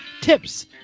tips